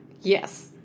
Yes